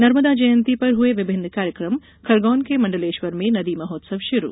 नर्मदा जयंती पर हुए विभिन्न कार्यकम खरगोन के मंडलेश्वर में नदी महोत्सव शुरू